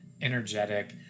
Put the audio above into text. energetic